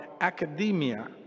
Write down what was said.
academia